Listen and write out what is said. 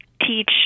teach